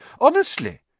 Honestly